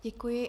Děkuji.